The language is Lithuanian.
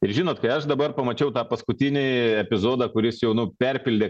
ir žinot kai aš dabar pamačiau tą paskutinį epizodą kuris jau nu perpildė